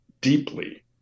deeply